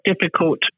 difficult